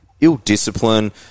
Ill-discipline